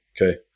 okay